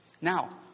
Now